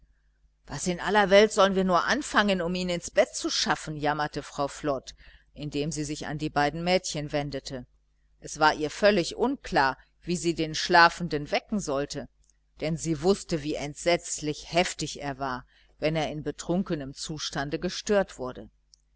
was in aller welt sollen wir nur anfangen um ihn ins bett zu schaffen jammerte frau flod indem sie sich an die beiden mädchen wendete es war ihr völlig unklar wie sie den schlafenden wecken sollte denn sie wußte wie entsetzlich heftig er war wenn er in betrunkenem zustande gestört wurde